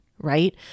Right